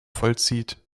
vollzieht